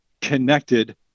connected